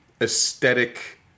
Aesthetic